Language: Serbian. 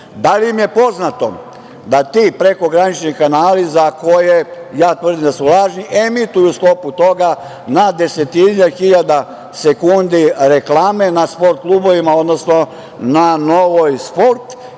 li im je poznato da ti prekogranični kanali za koje ja tvrdim da su lažni, emituju u sklopu toga na desetine hiljada sekundi reklame na sport klubovima, odnosno na Novoj sport i Novoj